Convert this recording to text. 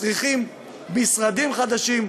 צריכים משרדים חדשים.